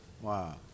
Wow